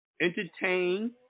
entertain